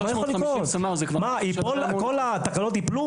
מה יכול לקרות?